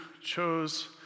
chose